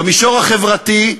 במישור החברתי,